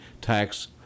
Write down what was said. tax